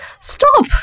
stop